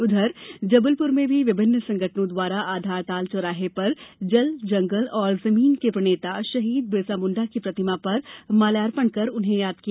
उधर जबलपुर में भी विभिन्न संगठनों द्वारा आधारताल चौराहे पर जल जंगल और जमीन के प्रणेता शहीद बिरसा मुंडा की प्रतिमा पर माल्यार्पण कर उन्हें याद किया